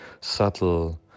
subtle